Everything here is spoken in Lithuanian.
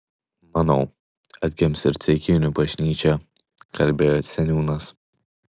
manau atgims ir ceikinių bažnyčia kalbėjo seniūnas